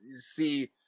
see